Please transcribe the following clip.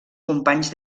companys